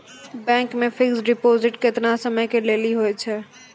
Bank मे fixed deposit केतना समय के लेली होय छै?